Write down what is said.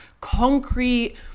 concrete